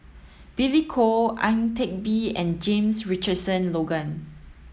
Billy Koh Ang Teck Bee and James Richardson Logan